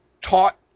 taught